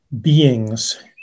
beings